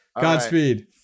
Godspeed